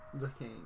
looking